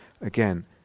again